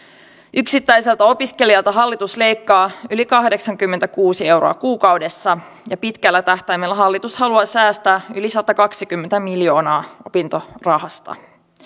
yksittäiseltä opiskelijalta hallitus leikkaa yli kahdeksankymmentäkuusi euroa kuukaudessa ja pitkällä tähtäimellä hallitus haluaa säästää yli satakaksikymmentä miljoonaa opintorahasta